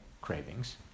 cravings